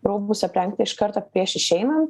rūbus aprengti iš karto prieš išeinant